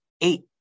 eight